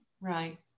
right